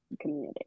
community